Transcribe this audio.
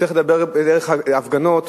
צריכים לדבר בדרך כלל בהפגנות.